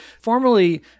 Formerly